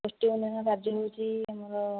ପଶ୍ଚିମ ଏରିୟା ରାଜନୀତି ଆମର